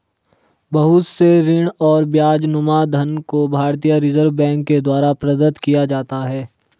बहुत से ऋण और ब्याजनुमा धन को भारतीय रिजर्ब बैंक के द्वारा प्रदत्त किया जाता है